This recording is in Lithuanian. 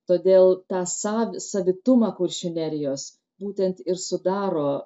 todėl tą savo savitumą kuršių nerijos būtent ir sudaro